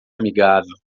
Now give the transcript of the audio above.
amigável